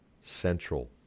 central